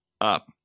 up